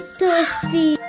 thirsty